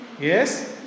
Yes